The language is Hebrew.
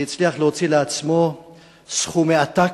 הוא הצליח להוציא לעצמו סכומי עתק.